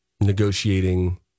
negotiating